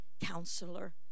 Counselor